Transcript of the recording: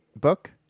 book